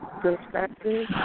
perspective